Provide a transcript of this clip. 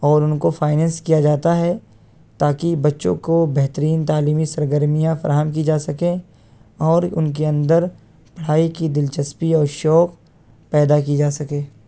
اور ان کو فائیننس کیا جاتا ہے تاکہ بچوں کو بہترین تعلیمی سرگرمیاں فراہم کی جا سکیں اور ان کے اندر پڑھائی کی دلچسپی اور شوق پیدا کی جا سکے